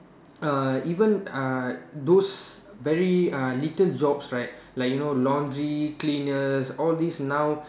err even uh those very uh little jobs right like you know laundry cleaners all these now